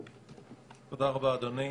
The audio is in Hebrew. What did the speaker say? תודה רבה אדוני.